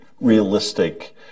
realistic